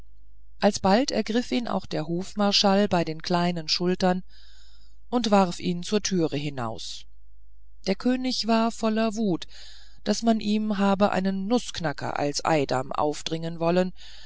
alsbald ergriff ihn auch der hofmarschall bei den kleinen schultern und warf ihn zur türe hinaus der könig war voller wut daß man ihm habe einen nußknacker als eidam aufdringen wollen